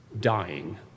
dying